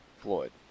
Floyd